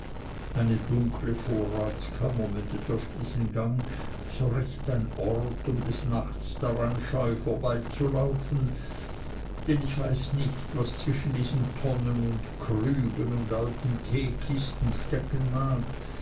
eine dunkle vorratskammer mündet auf diesen gang so recht ein ort um des nachts daran scheu vorbeizulaufen denn ich weiß nicht was zwischen diesen tonnen und krügen und alten teekisten stecken mag